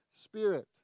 Spirit